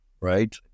right